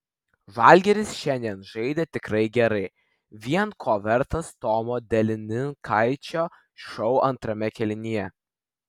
žalgiris šiandien žaidė tikrai gerai vien ko vertas tomo delininkaičio šou antrame kėlinyje